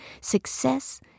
success